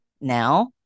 now